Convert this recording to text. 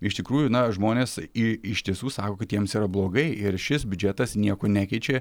iš tikrųjų na žmonės i iš tiesų sako kad jiems yra blogai ir šis biudžetas nieko nekeičia